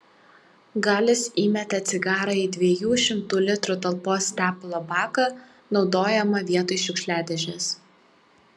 galis įmetė cigarą į dviejų šimtų litrų talpos tepalo baką naudojamą vietoj šiukšliadėžės